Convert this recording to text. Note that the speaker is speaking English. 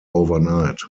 overnight